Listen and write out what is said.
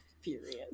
Furious